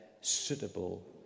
suitable